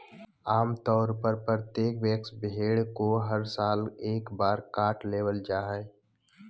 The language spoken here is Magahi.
आम तौर पर प्रत्येक वयस्क भेड़ को हर साल एक बार काट लेबल जा हइ